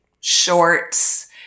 shorts